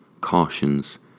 Cautions